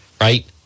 right